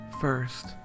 first